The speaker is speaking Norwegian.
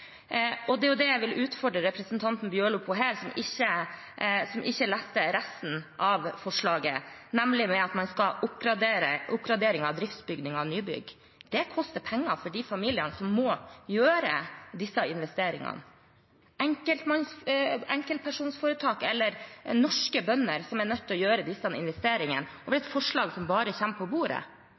og det er det jeg vil utfordre representanten Bjørlo på her, som ikke leste resten av forslaget, nemlig det med oppgradering av driftsbygninger og nybygg. Det koster penger for de familiene som må gjøre disse investeringene. Det er enkeltpersonforetak, eller norske bønder, som er nødt til å gjøre disse investeringene – og det med et forslag som bare kommer på bordet.